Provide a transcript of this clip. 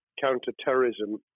counter-terrorism